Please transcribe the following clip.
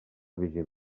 vigília